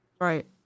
Right